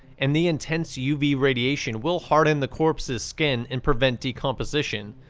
and the intense uv radiation will harden the corpse's skin and prevent decomposition,